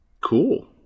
Cool